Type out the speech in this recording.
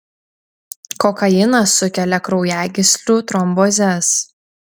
kokainas sukelia kraujagyslių trombozes